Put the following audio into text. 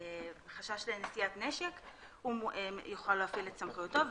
חשש לנשיאת נשק הוא יוכל להפעיל את סמכותו,